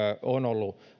on ollut